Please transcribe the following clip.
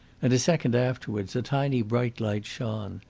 and a second afterwards a tiny bright light shone.